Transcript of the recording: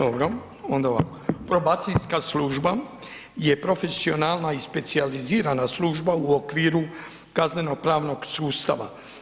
dobro, onda ovako probacijska služba je profesionalna i specijalizirana služba u okviru kazneno-pravnog sustava.